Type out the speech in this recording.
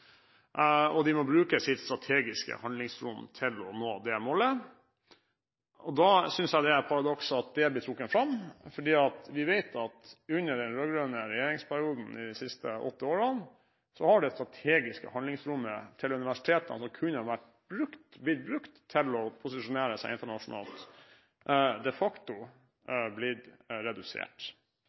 og de må bruke sitt strategiske handlingsrom til å nå det målet. Da synes jeg det er et paradoks at det er blitt trukket fram, for vi vet at under den rød-grønne regjeringsperioden, i de siste åtte årene, har det strategiske handlingsrommet til universitetene som kunne blitt brukt til å posisjonere seg internasjonalt, de facto blitt redusert.